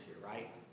right